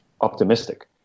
optimistic